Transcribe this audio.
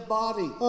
body